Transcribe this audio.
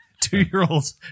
two-year-olds